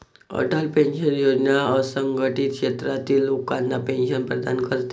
Atal pension Yojana असंघटित क्षेत्रातील लोकांना पेन्शन प्रदान करते